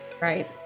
Right